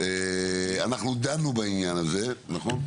אנחנו דנו בעניין הזה נכון?